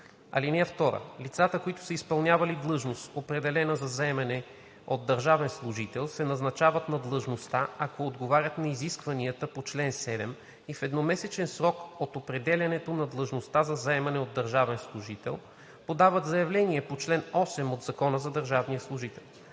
труда. (2) Лицата, които са изпълнявали длъжност, определена за заемане от държавен служител, се назначават на длъжността, ако отговарят на изискванията по чл. 7 и в едномесечен срок от определянето на длъжността за заемане от държавен служител подадат заявление по чл. 8 от Закона за държавния служител.